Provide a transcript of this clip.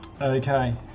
Okay